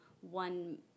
one